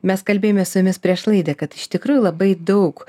mes kalbėjomės su jumis prieš laidą kad iš tikrųjų labai daug